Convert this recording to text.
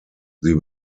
sie